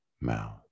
mouth